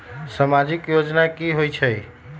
समाजिक योजना की होई छई?